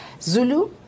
Zulu